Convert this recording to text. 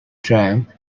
triumph